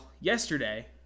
yesterday